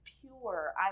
pure